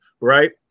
right